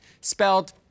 Spelled